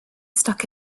stuck